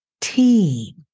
team